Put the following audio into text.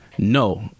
No